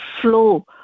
flow